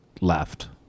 left